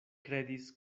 kredis